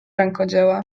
rękodzieła